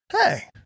Hey